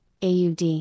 AUD